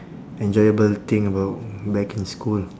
enjoyable thing about back in school